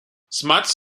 smuts